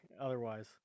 otherwise